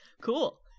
cool